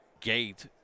gate